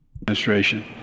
Administration